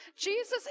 Jesus